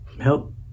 help